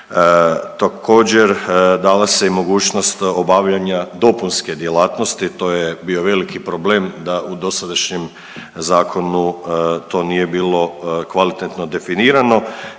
Također dala se i mogućnost obavljanja dopunske djelatnosti, to je bio veliki problem da u dosadašnjem zakonu to nije bilo kvalitetno definirano